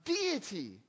deity